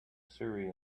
surrey